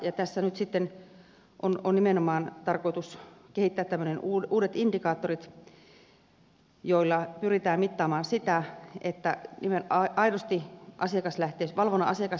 tässä nyt sitten on nimenomaan tarkoitus kehittää tällaiset uudet indikaattorit joilla pyritään mittaamaan aidosti valvonnan asiakaslähtöisyyttä